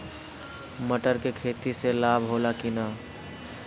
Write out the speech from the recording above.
मटर के खेती से लाभ होला कि न?